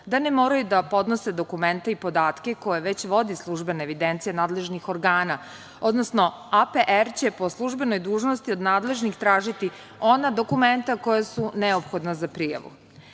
da ne moraju da podnose dokumenta i podatke koje već vodi službena evidencija nadležnih organa, odnosno APR će po službenoj dužnosti od nadležnih tražiti ona dokumenta koja su neophodna za prijavu. Treće